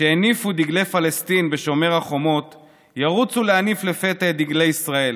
שהניפו דגלי פלסטין בשומר החומות ירוצו להניף לפתע את דגלי ישראל,